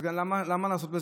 אז למה לעשות?